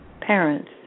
parents